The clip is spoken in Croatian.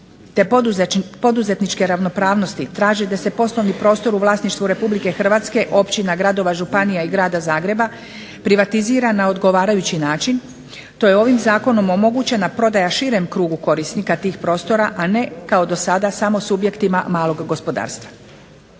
te poduzetničke ravnopravnosti traže da se poslovni prostor u vlasništvu RH, općina, gradova, županija i Grada Zagreba privatizira na odgovarajući način to je ovim zakonom omogućena prodaja širem krugu korisnika tih prostora, a ne kao dosada samo subjektima malog gospodarstva.